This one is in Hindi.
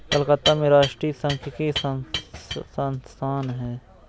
कलकत्ता में राष्ट्रीय सांख्यिकी संस्थान है